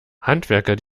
handwerker